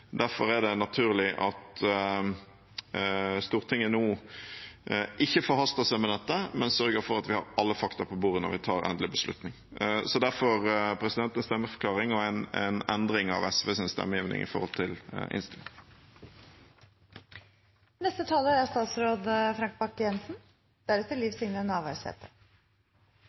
Derfor er det naturlig at Stortinget nå ikke forhaster seg med dette, men sørger for at vi har alle fakta på bordet når vi tar en endelig beslutning. Derfor: Dette er en stemmeforklaring og en endring av SVs stemmegivning i forhold til innstillingen. For regjeringen er